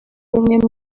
umwe